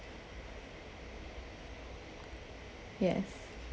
yes